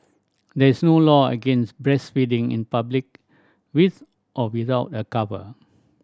there is no law against breastfeeding in public with or without a cover